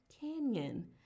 Canyon